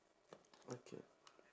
okay